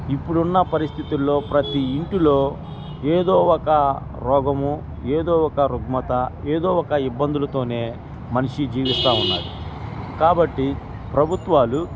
ఇప్పుడున్న పరిస్థితుల్లో ప్రతిీ ఇంటిలో ఏదో ఒక రోగము ఏదో ఒక రుగ్మత ఏదో ఒక ఇబ్బందులతోనే మనిషి జీవిస్తూ ఉన్నారు కాబట్టి ప్రభుత్వాలు